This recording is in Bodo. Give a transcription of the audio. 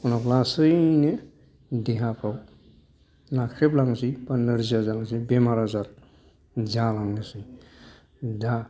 उनाव लासैनो देहाखौ नाख्रेबलांसै बा नोरजिया जालांसै बेमार आजार जालांसै दा